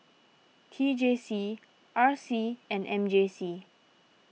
T J C R C and M J C